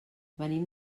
venim